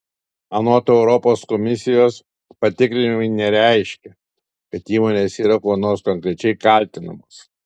anot europos komisijos patikrinimai nereiškia kad įmonės yra kuo nors konkrečiai kaltinamos